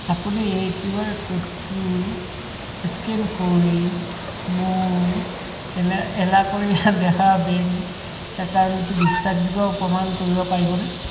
আপুনি এই Q R ক'ডটো স্কেন কৰি মোৰ এলা এলাকুৰিয়া দেহা বেংক একাউণ্টটো বিশ্বাসযোগ্য প্ৰমাণ কৰিব পাৰিবনে